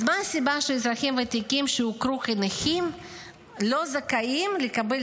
אז מה הסיבה שאזרחים ותיקים שהוכרו כנכים לא זכאים לקבל